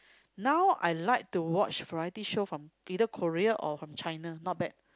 now I like to watch variety show from either Korea or from China not bad